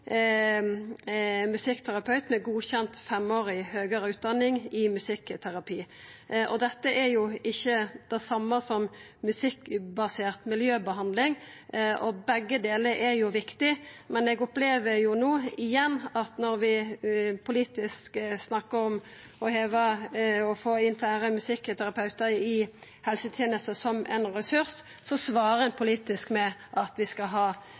musikkterapeut med godkjend femårig høgare utdanning i musikkterapi. Dette er jo ikkje det same som musikkbasert miljøbehandling. Begge delar er viktig, men eg opplever no igjen at når vi politisk snakkar om å få inn fleire musikkterapeutar i helsetenesta som ein ressurs, svarer ein politisk med at vi skal ha